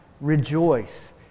rejoice